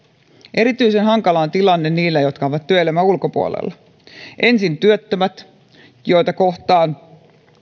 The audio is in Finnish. erityisen hankala on tilanne niillä jotka ovat työelämän ulkopuolella ensin työttömät joita kohtaan